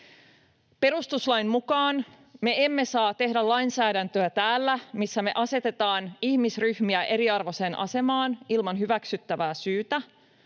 Perustuslain mukaan me emme saa tehdä täällä lainsäädäntöä, missä me asetamme ihmisiä eriarvoiseen asemaan ilman hyväksyttävää syytä,